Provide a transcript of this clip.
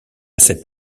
cette